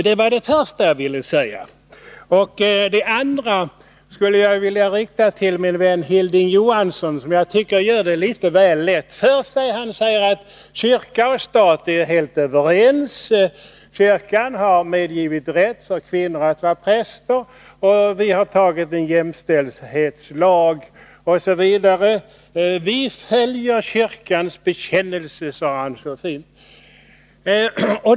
Det andra jag ville säga riktar jag till min vän Hilding Johansson, som jag tycker gör det litet väl lätt för sig, när han säger att kyrka och stat är helt överens. Kyrkan har medgivit rätt för kvinnor att vara präster, och vi har antagit en jämställdhetslag, osv. Vi följer kyrkans bekännelse, sade han så fint.